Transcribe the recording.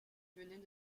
venait